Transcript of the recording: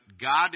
God